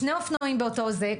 שני אופנועים באותו זה,